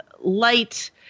light